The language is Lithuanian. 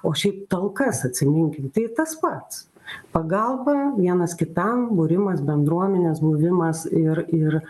o šiaip talkas atsiminkim tai tas pats pagalba vienas kitam būrimas bendruomenės buvimas ir ir